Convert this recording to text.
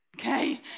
Okay